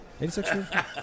86